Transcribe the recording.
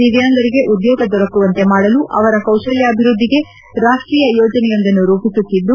ದಿವ್ಯಾಂಗರಿಗೆ ಉದ್ಯೋಗ ದೊರಕುವಂತೆ ಮಾಡಲು ಅವರ ಕೌಶಲ್ಡಾಭಿವೃದ್ದಿಗೆ ರಾಷ್ಷೀಯ ಯೋಜನೆಯೊಂದನ್ನು ರೂಪಿಸುತ್ತಿದ್ದು